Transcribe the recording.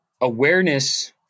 Awareness